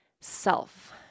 self